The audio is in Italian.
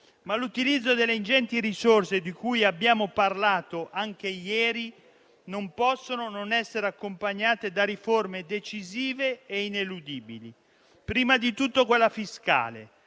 Ma l'utilizzo delle ingenti risorse di cui abbiamo parlato, anche ieri, non può non essere accompagnato da riforme decisive e ineludibili, prima di tutto quella fiscale;